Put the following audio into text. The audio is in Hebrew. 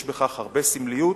יש בכך הרבה סמליות